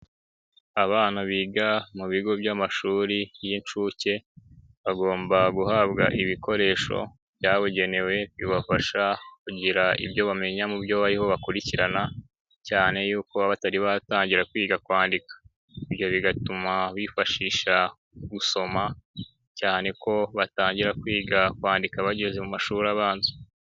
Abana biga mu bigo by'amashuri y'incuke bagomba guhabwa ibikoresho byabugenewe bibafasha kugira ibyo bamenya mu byo bariho bakurikirana, cyane yuko batari batangira kwiga kwandika. Ibyo bigatuma bifashisha gusoma, cyane ko batangira kwiga kwandika bageze mu mashuri abanza.